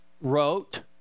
wrote